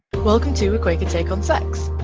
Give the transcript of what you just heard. welcome to a quaker take on sex.